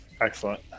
Excellent